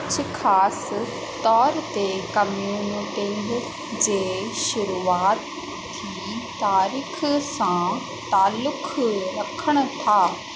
कुझु ख़ासि तौर ते कम यूटिंग जे शुरूआती तारीख़ सां तालुख़ रखनि था